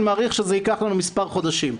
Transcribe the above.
אני מעריך שזה ייקח לנו מספר חודשים.